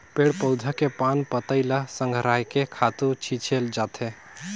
पेड़ पउधा के पान पतई ल संघरायके खातू छिछे जाथे